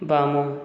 ବାମ